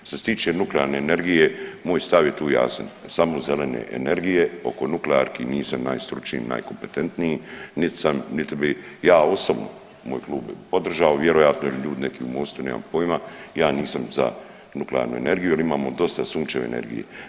Što se tiče nuklearne energije, moj stav je tu jasan, samo zelene energije, oko nuklearki nisam najstručniji i najkompeteniji niti sam niti bi ja osobno, moj, klub podržao vjerojatno jer tu ... neki u Mostu, nemam pojma, ja nisam za nuklearnu energiju jer imamo dosta sunčeve energije.